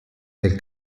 del